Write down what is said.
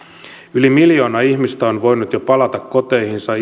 yli miljoona ihmistä on voinut jo palata koteihinsa